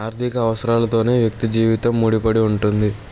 ఆర్థిక అవసరాలతోనే వ్యక్తి జీవితం ముడిపడి ఉంటుంది